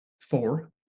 four